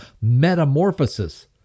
Metamorphosis